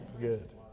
Good